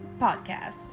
Podcast